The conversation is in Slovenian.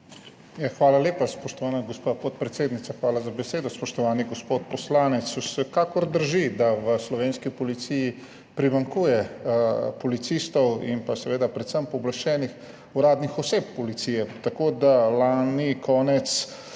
Hvala lepa, spoštovana gospa podpredsednica, za besedo. Spoštovani gospod poslanec, vsekakor drži, da v slovenski policiji primanjkuje policistov in predvsem pooblaščenih uradnih oseb Policije, tako da je